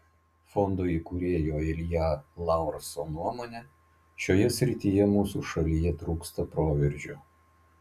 fondo įkūrėjo ilja laurso nuomone šioje srityje mūsų šalyje trūksta proveržio